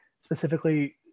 specifically